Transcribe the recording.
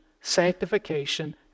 sanctification